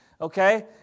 okay